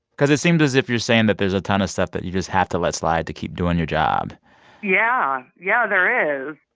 because it seemed as if you're saying that there's a ton of stuff that you just have to let slide to keep doing your job yeah. yeah, there is.